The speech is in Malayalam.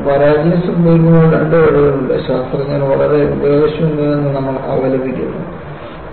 ഒരു പരാജയം സംഭവിക്കുമ്പോൾ രണ്ട് വഴികളുണ്ട് ശാസ്ത്രജ്ഞർ വളരെ ഉപയോഗശൂന്യരാണെന്ന് നമ്മൾ അപലപിക്കുന്നു